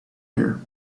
here